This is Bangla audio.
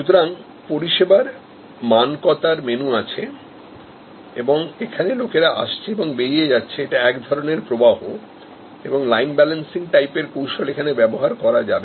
সুতরাং পরিষেবার মানকতার মেনু আছে এবং এখানে লোকেরা আসছে এবং বেরিয়ে যাচ্ছে এটা এক ধরনের প্রবাহ এবং লাইন ব্যালেন্সিং টাইপের কৌশল এখানে ব্যবহার করা যাবে